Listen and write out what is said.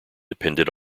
depended